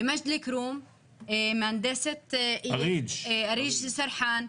במג'דל כרום מהנדסת עריג' סרחאן,